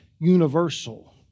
universal